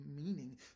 meaning